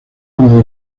como